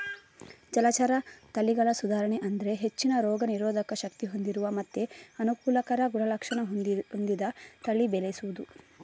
ಜಲಚರ ತಳಿಗಳ ಸುಧಾರಣೆ ಅಂದ್ರೆ ಹೆಚ್ಚಿನ ರೋಗ ನಿರೋಧಕ ಶಕ್ತಿ ಹೊಂದಿರುವ ಮತ್ತೆ ಅನುಕೂಲಕರ ಗುಣಲಕ್ಷಣ ಹೊಂದಿದ ತಳಿ ಬೆಳೆಸುದು